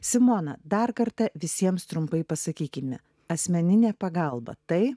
simona dar kartą visiems trumpai pasakykime asmeninė pagalba tai